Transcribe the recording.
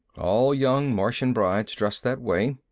all young martian brides dress that way,